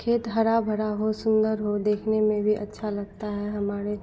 खेत हरा भरा हो सुन्दर हो देखने में भी अच्छा लगता है हमारे